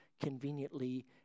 conveniently